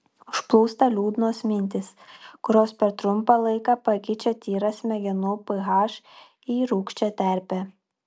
užplūsta liūdnos mintys kurios per trumpą laiką pakeičia tyrą smegenų ph į rūgščią terpę